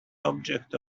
object